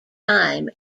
time